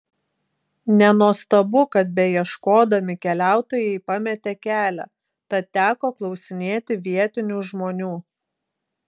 nenuostabu kad beieškodami keliautojai pametė kelią tad teko klausinėti vietinių žmonių